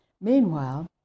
Meanwhile